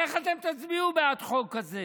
איך אתם תצביעו בעד חוק כזה